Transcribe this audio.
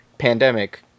pandemic